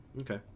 okay